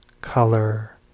color